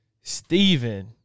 Stephen